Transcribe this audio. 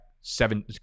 seven